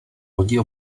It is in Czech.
lodi